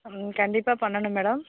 ம் கண்டிப்பாக பண்ணனும் மேடம்